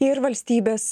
ir valstybės